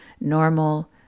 normal